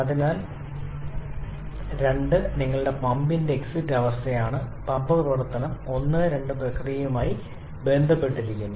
അതിനാൽ 2 നിങ്ങളുടെ പമ്പിന്റെ എക്സിറ്റ് അവസ്ഥയാണ് പമ്പ് പ്രവർത്തനം 1 2 പ്രക്രിയയുമായി ബന്ധപ്പെട്ടിരിക്കുന്നു